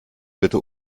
bitte